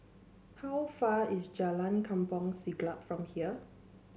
how far away is Jalan Kampong Siglap from here